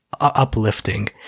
uplifting